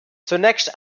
zunächst